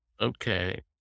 okay